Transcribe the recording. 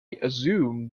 assume